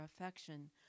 affection